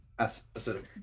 Acidic